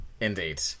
Indeed